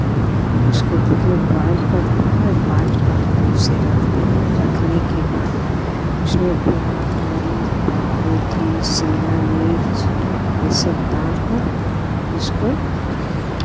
उसको पहले बॉइल करते है बॉइल कर कर उसे रखते हैं रखने के बाद उसमें प्याज़ मरीच पात गोभी शिमला मिर्च ये सब डाल कर उसको